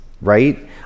right